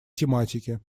тематике